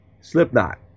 slipknot